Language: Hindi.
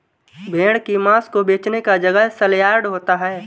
भेड़ की मांस को बेचने का जगह सलयार्ड होता है